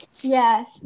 Yes